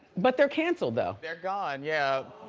but they're canceled though. they're gone, yeah. aww.